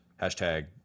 hashtag